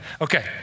Okay